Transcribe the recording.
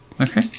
Okay